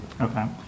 Okay